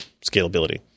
scalability